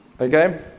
Okay